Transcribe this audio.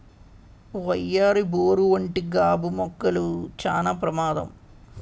వయ్యారి బోరు వంటి గాబు మొక్కలు చానా ప్రమాదం